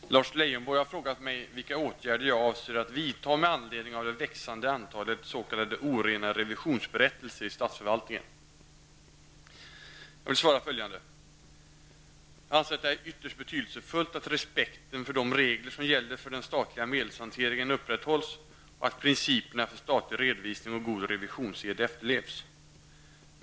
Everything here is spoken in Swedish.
Herr talman! Lars Leijonborg har frågat mig vilka åtgärder jag avser att vidta med anledning av det växande antalet s.k. orena revisionsberättelser i statsförvaltningen. Jag vill svara följande: Jag anser att det är ytterst betydelsefullt att respekten för de regler som gäller för den statliga medelshanteringen upprätthålls och att principerna för statlig redovisning och god revisionssed efterlevs.